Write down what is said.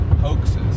hoaxes